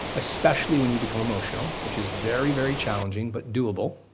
especially when you become emotional, which is very, very challenging but doable,